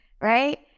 right